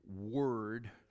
Word